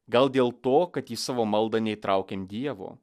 gal dėl to kad į savo maldą neįtraukiam dievo